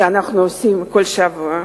שאנחנו מעלים כל שבוע,